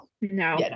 no